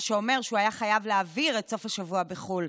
מה שאומר שהוא היה חייב להעביר את סוף השבוע בחו"ל,